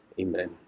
Amen